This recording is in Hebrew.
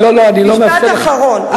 משפט אחרון,